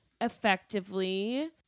effectively